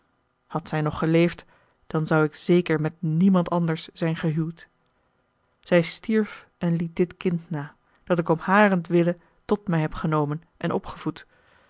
had zij nog geleefd dan zou ik zeker met niemand anders zijn gehuwd zij stierf en liet dit kind na dat ik om harentwille tot mij heb genomen en opgevoed